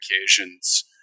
occasions